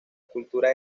cultura